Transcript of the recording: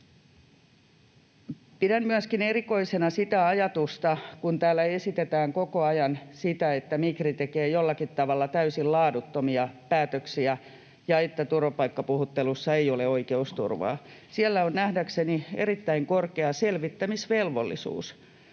Pidän erikoisena myöskin sitä ajatusta, jota täällä esitetään koko ajan, että Migri tekee jollakin tavalla täysin laaduttomia päätöksiä ja että turvapaikkapuhuttelussa ei ole oikeusturvaa. Siellä on nähdäkseni erittäin korkea selvittämisvelvollisuus